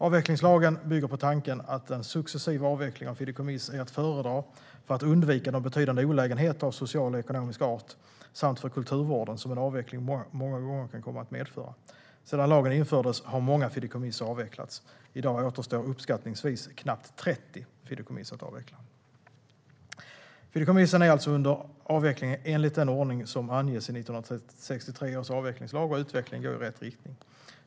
Avvecklingslagen bygger på tanken att en successiv avveckling av fideikommiss är att föredra för att undvika de betydande olägenheter av social och ekonomisk art samt för kulturvården som en avveckling många gånger kan komma att medföra. Sedan lagen infördes har många fideikommiss avvecklats. I dag återstår uppskattningsvis knappt 30 fideikommiss att avveckla. Fideikommissen är alltså under avveckling enligt den ordning som anges i 1963 års avvecklingslag, och utvecklingen går i rätt riktning.